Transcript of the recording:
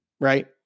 Right